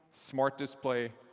smart display,